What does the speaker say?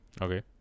Okay